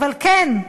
אבל כן,